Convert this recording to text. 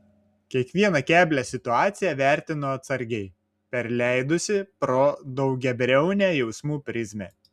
kiekvieną keblią situaciją vertino atsargiai perleidusi pro daugiabriaunę jausmų prizmę